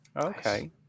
Okay